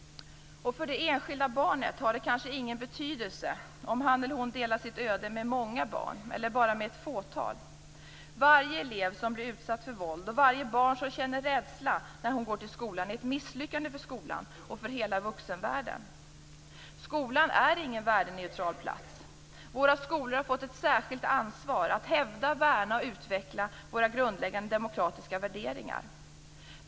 För det enskilda barnet har det kanske ingen betydelse om han eller hon delar sitt öde med många barn eller bara med ett fåtal. Varje elev som blir utsatt för våld och varje barn som känner rädsla när det går till skolan är ett misslyckande för skolan och för hela vuxenvärlden. Skolan är ingen värdeneutral plats. Våra skolor har fått ett särskilt ansvar att hävda, värna och utveckla våra grundläggande demokratiska värderingar.